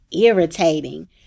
irritating